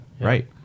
right